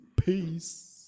Peace